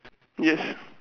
yes